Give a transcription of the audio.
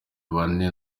bane